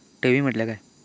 ठेवी म्हटल्या काय?